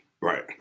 right